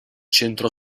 centro